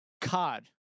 Cod